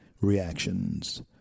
reactions